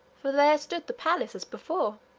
for there stood the palace as before!